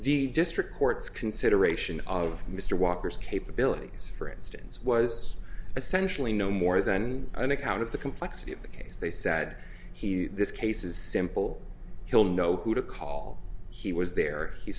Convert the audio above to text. the district court's consideration of mr walker's capabilities for instance was essentially no more than an account of the complexity of the case they said he this case is simple he'll know who to call he was there he